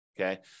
okay